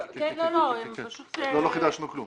לא חידשנו כלום.